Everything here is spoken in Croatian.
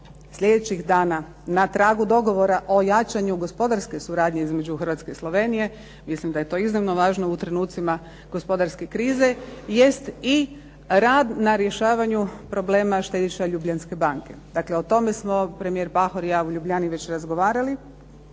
slijedećih dana na tragu dogovora o jačanju gospodarske suradnje između Hrvatske i Slovenije, mislim da je to iznimno važno u trenutcima gospodarske krize, jest i rad na rješavanju problema štediša Ljubljanske banke. Dakle o tome smo premijer i ja u Ljubljani već razgovarali.